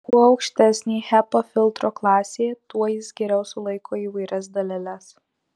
kuo aukštesnė hepa filtro klasė tuo jis geriau sulaiko įvairias daleles